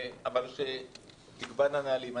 אבל שתקבענה נהלים.